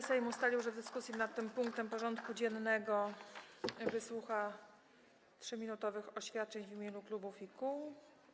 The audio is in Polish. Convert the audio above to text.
Sejm ustalił, że w dyskusji nad tym punktem porządku dziennego wysłucha 3-minutowych oświadczeń w imieniu klubów i koła.